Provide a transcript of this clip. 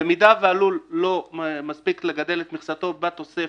במידה והלול לא מספיק לגדל את מכסתו בתוספת,